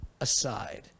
aside